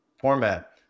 format